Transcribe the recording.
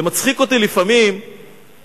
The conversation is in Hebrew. זה מצחיק אותי לפעמים שמדברים,